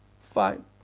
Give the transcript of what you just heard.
fine